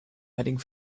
heading